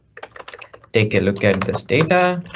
take a look at this data.